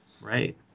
Right